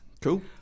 Cool